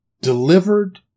delivered